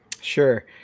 Sure